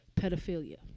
pedophilia